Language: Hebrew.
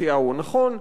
מציעה הוא הנכון.